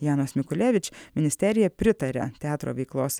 janos mikulevič ministerija pritaria teatro veiklos